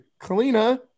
Kalina